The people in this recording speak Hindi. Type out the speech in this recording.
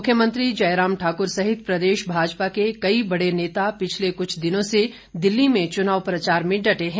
मुख्यमंत्री जयराम ठाक्र सहित प्रदेश भाजपा के कई बड़े नेता पिछले कुछ दिनों से दिल्ली में चुनाव प्रचार में डटे हैं